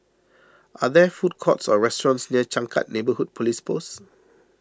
are there food courts or restaurants near Changkat Neighbourhood Police Post